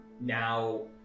now